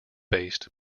based